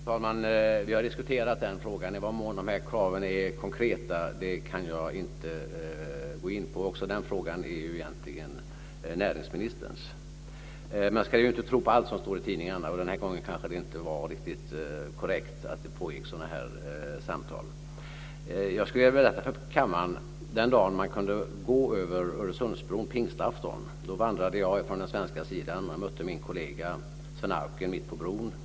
Fru talman! Vi har diskuterat den frågan. I vad mån de här kraven är konkreta kan jag inte gå in på. Också den frågan är egentligen näringsministerns. Man ska inte tro på allt som står i tidningarna, och den här gången var det kanske inte riktigt korrekt att det pågår sådana här samtal. Jag skulle vilja berätta för kammaren från den dag, pingstaftonen, när man kunde gå över Öresundsbron. Då vandrade jag från den svenska sidan, och jag mötte min kollega Svend Auken mitt på bron.